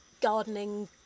gardening